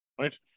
right